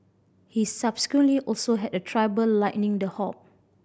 he subsequently also had a trouble lighting the hob